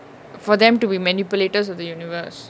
for them to be manipulators of the universe